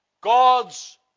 God's